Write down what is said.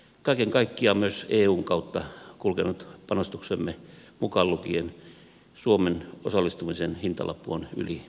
kaiken kaikkiaan myös eun kautta kulkenut panostuksemme mukaan lukien suomen osallistumisen hintalappu on yli miljardin